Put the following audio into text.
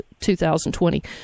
2020